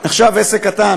נחשב עסק קטן.